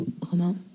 Romain